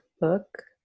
book